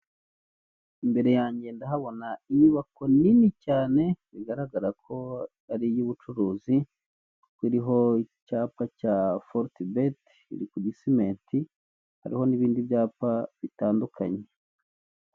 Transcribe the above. Imbere yange ndahabona inyubako nini cyane, bigaragara ko ari iy'ubucuruzi, iriho icyapa cya foritibet iri ku gisimenti, hariho n'ibindi byapa bitandukanye.